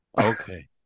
Okay